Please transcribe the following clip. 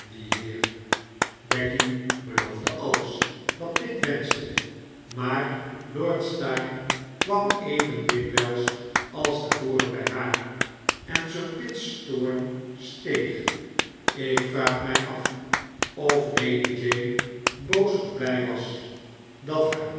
becky beloofde alles wat pitt wenschte maar lord steyne kwam even dikwijls als te voren bij haar en sir pitt's toorn steeg ik vraag mij af of lady jane boos of blij was dat haar